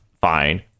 fine